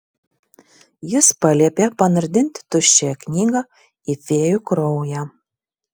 jis paliepė panardinti tuščiąją knygą į fėjų kraują